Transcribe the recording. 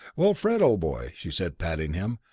well, fred, old boy, she said, patting him,